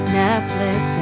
netflix